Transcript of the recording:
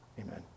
Amen